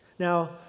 Now